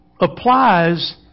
applies